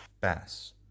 Bass